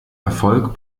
erfolg